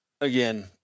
again